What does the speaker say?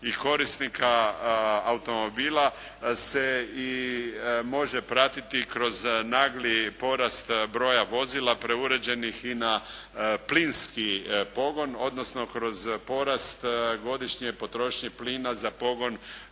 i korisnika automobila se i može pratiti kroz nagli porast broja vozila preuređenih i na plinski pogon odnosno kroz porast godišnje potrošnje plina za pogon